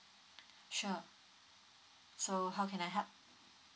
sure so how can I help